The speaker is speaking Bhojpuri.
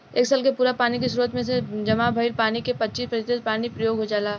एक साल के पूरा पानी के स्रोत में से जामा भईल पानी के पच्चीस प्रतिशत पानी प्रयोग हो जाला